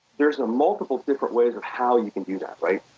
there's ah multiple, different ways of how you can do that, right.